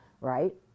right